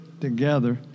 together